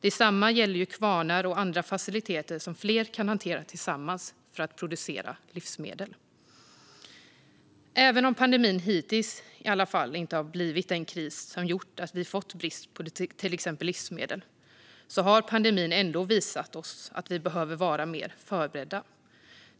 Detsamma gäller kvarnar och andra faciliteter som flera kan hantera tillsammans för att producera livsmedel. Även om pandemin i alla fall hittills inte har blivit en kris som gjort att vi har fått brist på till exempel livsmedel har den visat oss att vi behöver vara mer förberedda.